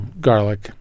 garlic